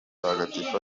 umutagatifu